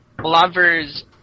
Lovers